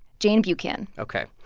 jane buchan ok.